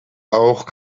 auch